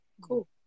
cool